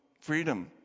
freedom